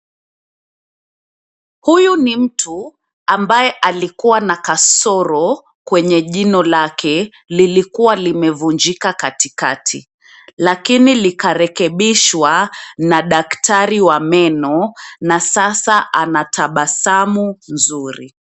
Huyo ni mtu ambaye alikuwa na kasoro kwenye jino lake lilikuwa limevunjika katikati, lakini likarekebishwa na daktari wa meno na sasa anatabasamu nzuri.